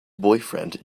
boyfriend